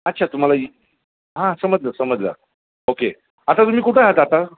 अच्छा तुम्हाला हां समजलं समजलं ओके आता तुम्ही कुठं आहात आता